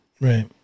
Right